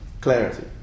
clarity